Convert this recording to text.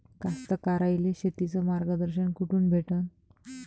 कास्तकाराइले शेतीचं मार्गदर्शन कुठून भेटन?